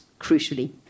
crucially